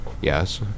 Yes